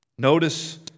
Notice